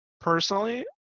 personally